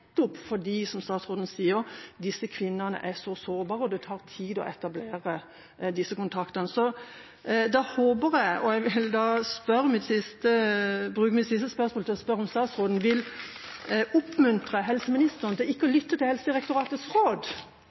som statsråden sier, disse kvinnene er så sårbare, og det tar tid å etablere disse kontaktene. Jeg vil da bruke mitt siste spørsmål til å spørre om statsråden vil oppmuntre helseministeren til ikke å lytte til Helsedirektoratets råd?